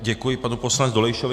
Děkuji panu poslanci Dolejšovi.